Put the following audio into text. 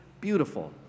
beautiful